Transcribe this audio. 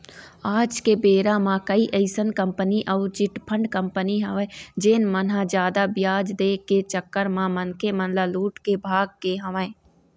आज के बेरा म कई अइसन कंपनी अउ चिटफंड कंपनी हवय जेन मन ह जादा बियाज दे के चक्कर म मनखे मन ल लूट के भाग गे हवय